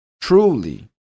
truly